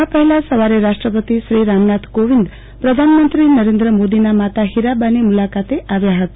આ પહેલા સવારે રાષ્ટ્રપતિ શ્રી રામનાથ કોવિંદ પ્રધાનમંત્રી નરેન્દ્ર મોદીના માતા ફિરાબાની મુલાકાતે આવ્યા હતા